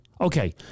Okay